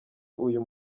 uyu